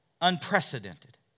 Unprecedented